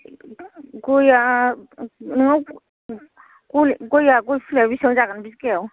गया नोंनाव गया गय फुलिआ बिसिबां जागोन बिगायाव